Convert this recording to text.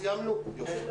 בשעה